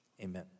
Amen